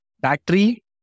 battery